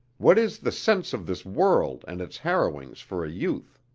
what is the sense of this world and its harrowings for a youth?